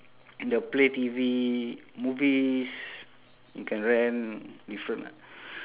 the play T_V movies you can rent different ah